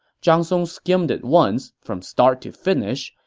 zhang song skimmed it once, from start to finish.